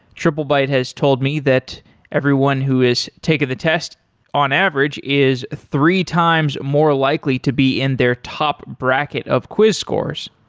triplebyte has told me that everyone who has taken the test on average is three times more likely to be in their top bracket of quiz course.